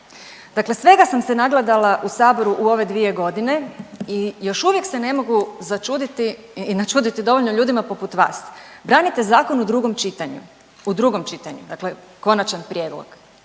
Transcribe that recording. Dakle, svega sam se nagledala u saboru u ove dvije godine i još uvijek se ne mogu začuditi i načuditi dovoljno ljudima poput vas. Branite zakon u drugom čitanju, u drugom čitanju dakle konačan prijedlog,